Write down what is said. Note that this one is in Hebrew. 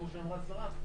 כמו שאמרה השרה,